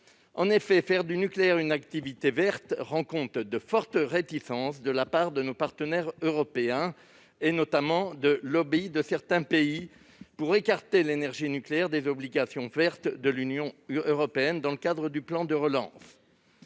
En effet, faire du nucléaire une activité verte suscite de fortes réticences de la part de nos partenaires européens ; certains pays exercent notamment un intense pour écarter l'énergie nucléaire des obligations vertes que se fixe l'Union européenne dans le cadre du plan de relance.